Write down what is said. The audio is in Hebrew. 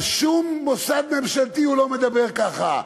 על שום מוסד ממשלתי הוא לא מדבר ככה.